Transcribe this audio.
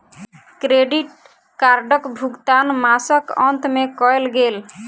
credit कार्डक भुगतान मासक अंत में कयल गेल